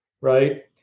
right